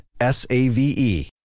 S-A-V-E